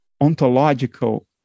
ontological